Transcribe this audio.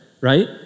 right